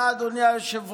תודה, אדוני היושב-ראש.